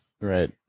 Right